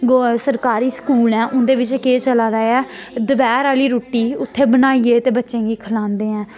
गौ सरकारी स्कूल ऐ उं'दे बिच्च केह् चला दा ऐ दपैह्र आह्ली रुट्टी उत्थै बनाइयै ते बच्चें गी खलांदे ऐ